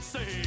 Say